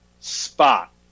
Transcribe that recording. spot